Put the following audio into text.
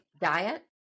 Diet